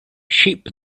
sheep